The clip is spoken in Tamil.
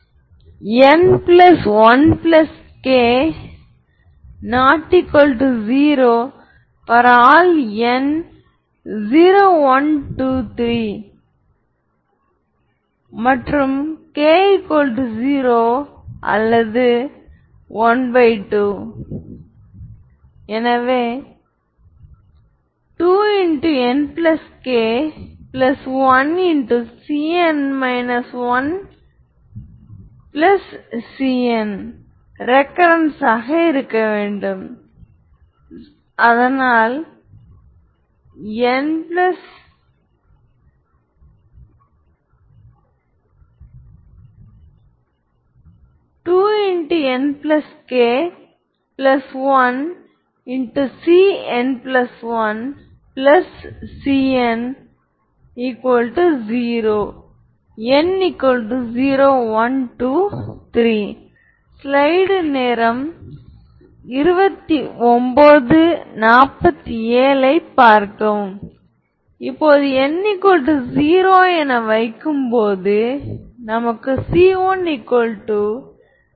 This implies இது λ1 λ2 v1 v2 0 டாட் ப்ரோடக்ட் எடுத்த பிறகு ஏனெனில் λ1 λ2≠0 v1 v2 0 கொடுக்கிறது இது v1 v2 ஆர்த்தோகனல் என்பதை குறிக்கிறது எனவே உங்களிடம் ஏதேனும் தனித்துவமான ஐகென் மதிப்புகள் இருந்தால் அதனுடன் தொடர்புடைய ஐகேன் வெக்டார்கள் எப்பொழுதும் ஆர்த்தோகனல் ஆகும் என்பதை நீங்கள் நினைவில் கொள்ள வேண்டும்